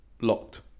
locked